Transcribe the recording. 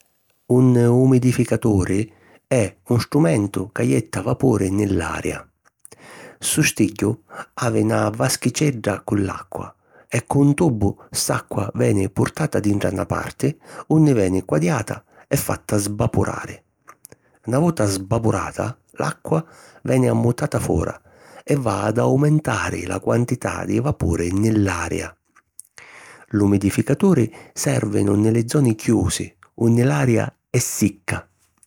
Un umidificaturi è un strumentu ca jetta vapuri nni l’aria. Ssu stìgghiu havi na vaschicedda cu l’acqua e cu un tubu ss'acqua veni purtata dintra na parti, unni veni quadiata e fatta sbapurari. Na vota sbapurata l’acqua, veni ammuttata fora e va ad aumentari la quantità di vapuri nni l’aria. L'umidificaturi sèrvinu nni li zoni chiusi unni l’aria è sicca.